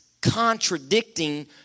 contradicting